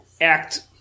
act